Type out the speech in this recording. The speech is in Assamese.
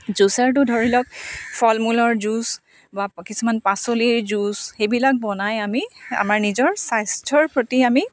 জুচাৰটো ধৰি লওক ফল মূলৰ জুইচ বা কিছুমান পাচলিৰ জুইচ সেইবিলাক বনাই আমি আমাৰ নিজৰ স্বাস্থ্যৰ প্ৰতি আমি